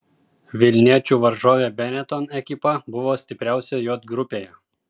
vilniečių varžovė benetton ekipa buvo stipriausia j grupėje